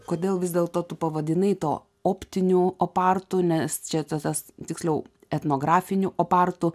kodėl vis dėlto tu pavadinai to optinių opartų nes čia tesas tiksliau etnografinių opartų